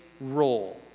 role